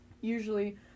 usually